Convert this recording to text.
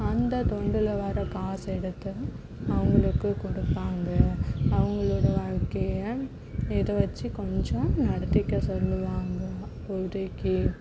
அந்த தொண்டில் வர காசை எடுத்து அவங்களுக்கு கொடுப்பாங்க அவங்களோட வாழ்க்கையை இதை வெச்சு கொஞ்சம் நடத்திக்க சொல்லுவாங்களாம் ஒதுக்கி